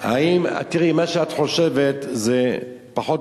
זה לא השמאל, זה הקהילה הבין-לאומית חושבת ככה.